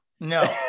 no